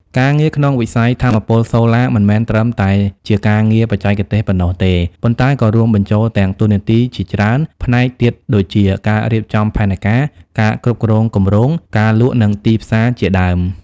ការងារក្នុងវិស័យថាមពលសូឡា មិនមែនត្រឹមតែជាការងារបច្ចេកទេសប៉ុណ្ណោះទេ ប៉ុន្តែក៏រួមបញ្ចូលទាំងតួនាទីជាច្រើនផ្នែកទៀតដូចជា ការរៀបចំផែនការ ការគ្រប់គ្រងគម្រោង ការលក់ និងទីផ្សារជាដើម។